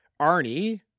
Arnie